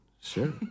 sure